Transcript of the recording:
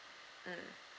mm